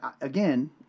again